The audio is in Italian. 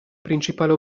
principale